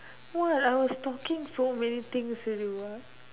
what I was talking so many things to you what